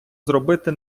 зробити